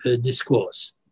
discourse